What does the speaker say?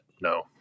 No